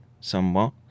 somewhat